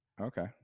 Okay